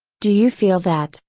do you feel that,